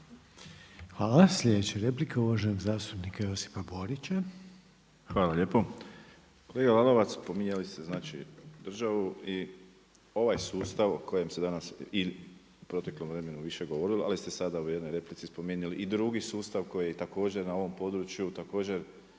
Hvala. Sljedeća replika, uvaženog zastupnika Josipa Borića. **Borić, Josip (HDZ)** Hvala lijepo. Kolega Lalovac, spominjali ste državu i ovaj sustav u kojem se danas i u proteklom vremenu više govorilo, ali ste sada u jednoj replici spomenuli i drugi sustav koji je također na ovom području, također